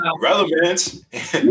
relevant